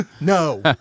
no